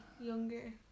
younger